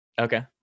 Okay